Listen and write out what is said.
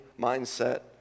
mindset